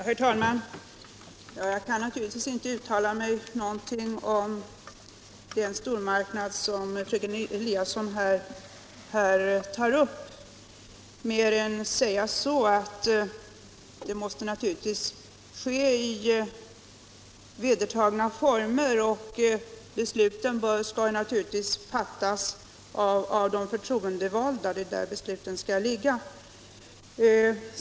Herr talman! Jag kan inte uttala mig om den stormarknad som fröken Eliasson här tar upp mer än genom att säga att etableringen naturligtvis måste ske i vedertagna former och att besluten skall fattas av de förtroendevalda. Det är hos dem beslutanderätten skall ligga.